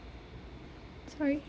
sorry